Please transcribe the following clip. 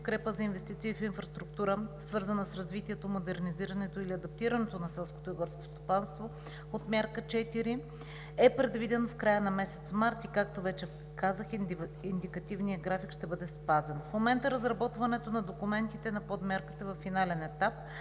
„Подкрепа за инвестиции в инфраструктура, свързана с развитието, модернизирането и адаптирането на селското и горско стопанство“, Подмярка 4, е предвиден в края на месец март и както вече казах, индикативният график ще бъде спазен. В момента разработването на документите на подмярката е на финален етап.